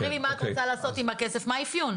ספרי לי מה את רוצה לעשות עם הכסף, מה האפיון'.